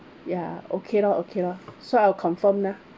ya okay lor okay lor so I'll confirm lah